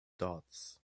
dots